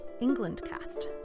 englandcast